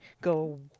go